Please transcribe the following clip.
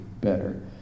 better